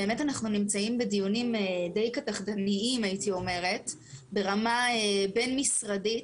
באמת אנחנו נמצאים בדיונים די קדחתניים ברמה בין-משרדית.